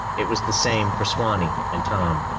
it was the same for swanee and tom.